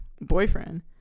Boyfriend